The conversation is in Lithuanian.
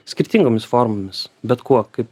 skirtingomis formomis bet kuo kaip